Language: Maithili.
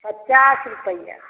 पचास रुपैए